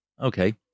Okay